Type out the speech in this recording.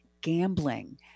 gambling